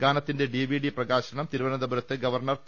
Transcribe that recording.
ഗാനത്തിന്റെ ഡിവിഡി പ്രകാശനം തിരുവനന്തപുരത്ത് ഗവർണർ പി